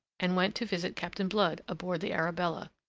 and went to visit captain blood aboard the arabella.